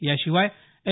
याशिवाय एम